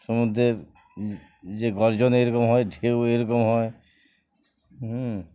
সমুদ্রের যে গর্জন এইরকম হয় ঢেউ এইরকম হয় হুম